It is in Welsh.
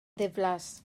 ddiflas